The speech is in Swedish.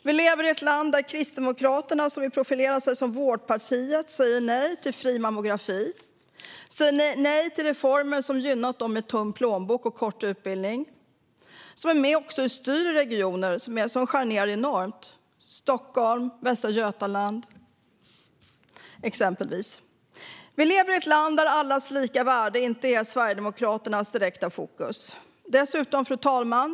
Vi lever i ett land där Kristdemokraterna, som vill profilera sig som vårdpartiet, säger nej till fri mammografi och som säger nej till reformer som skulle gynnat dem med tunn plånbok och kort utbildning. De är med och styr regioner som skär ned enormt, till exempel Stockholm och Västra Götaland. Vi lever i ett land där allas lika värde inte är Sverigedemokraternas direkta fokus.